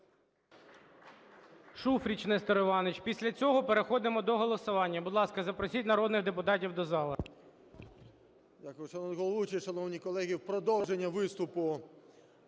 Шуфрич Нестор Іванович. Після цього переходимо до голосування. Будь ласка, запросіть народних депутатів до залу.